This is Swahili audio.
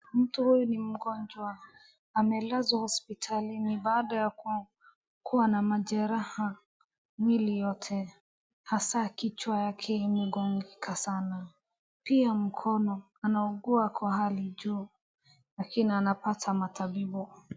Mtu huyu ni mgonjwa amelazwa hospitalini baada ya kuwa na majeraha mwili yote, hasaa kichwa yake imegongeka sana pia mkono anaugua kwa hali ya juu, lakini anapata matabibu.